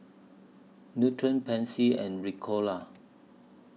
Nutren Pansy and Ricola